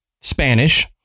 Spanish